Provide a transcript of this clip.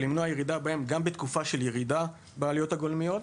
ולמנוע ירידה בהם גם בתקופה של ירידה בעלויות הגולמיות.